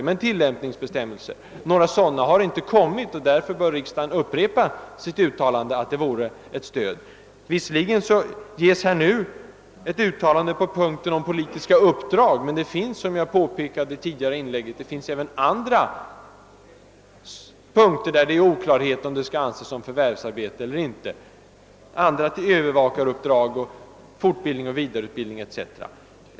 Några tilllämpningsbestämmelser har emellertid inte utfärdats, och därför bör riksdagen upprepa sitt uttalande att det vore ett stöd för myndigheterna att ha sådana. Visserligen görs nu av utskottet ett uttalande rörande politiska uppdrag, men det finns — som jag tidigare påpekade även andra fall där oklarhet råder huruvida sysslan skall betraktas som förvärvsarbete eller inte. Det gäller bl.a. övervakaruppdrag, fortbildning Herr talman!